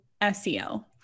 SEO